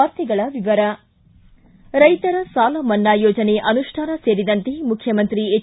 ವಾರ್ತೆಗಳ ವಿವರ ರೈತರ ಸಾಲ ಮನ್ನಾ ಯೋಜನೆ ಅನುಷ್ಠಾನ ಕುರಿತಂತೆ ಮುಖ್ಯಮಂತ್ರಿ ಹೆಚ್